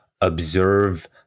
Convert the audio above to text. observe